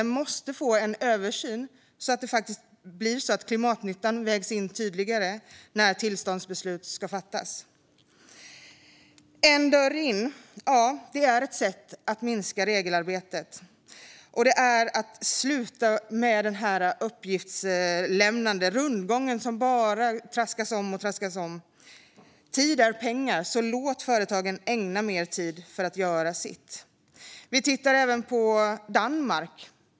Den måste få en översyn, så att klimatnyttan faktiskt vägs in tydligare när tillståndsbeslut ska fattas. "En dörr in" är ett sätt att minska regelarbetet och sluta med den här rundgången i uppgiftslämnandet där allt bara tröskas om. Tid är pengar, så låt företagen ägna mer tid åt att göra sitt! Vi tittar även på Danmark.